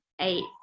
eight